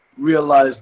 realize